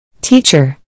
Teacher